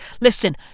Listen